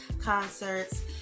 concerts